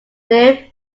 live